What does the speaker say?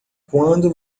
quando